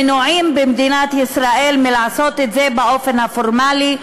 מנועים במדינת ישראל מלעשות את זה באופן הפורמלי,